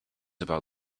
about